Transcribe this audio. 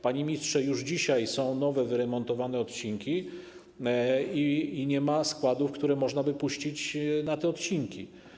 Panie ministrze, już dzisiaj są nowe, wyremontowane odcinki i nie ma składów, które można by puścić na te odcinki.